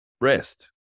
rest